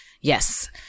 Yes